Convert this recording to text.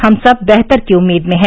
हम सब बेहतर की उम्मीद में है